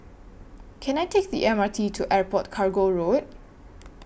Can I Take The M R T to Airport Cargo Road